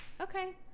okay